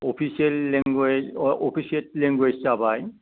official language oh official language जाबाय